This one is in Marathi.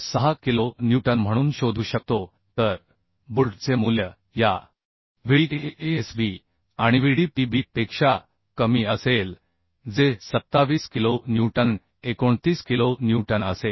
6 किलो न्यूटन म्हणून शोधू शकतो तर बोल्टचे मूल्य या Vdsb आणिVdpb पेक्षा कमी असेल जे 27 किलो न्यूटन 29 किलो न्यूटन असेल